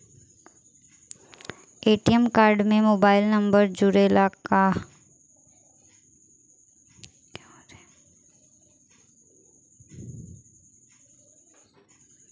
ATM card में mobile number जुरेला का?